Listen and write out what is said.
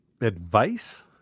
Advice